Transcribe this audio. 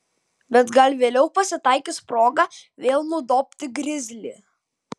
bet gal vėliau pasitaikys proga vėl nudobti grizlį